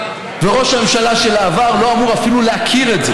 וראש הממשלה של העבר לא אמור אפילו להכיר את זה,